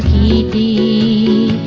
e